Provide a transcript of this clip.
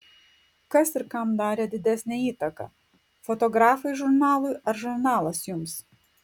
kas ir kam darė didesnę įtaką fotografai žurnalui ar žurnalas jums